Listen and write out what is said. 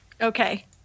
Okay